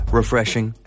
refreshing